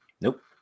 Nope